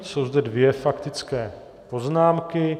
Jsou zde dvě faktické poznámky.